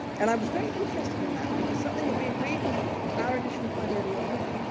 and i was very interested in that, because something that we agreed with our edition quite early on,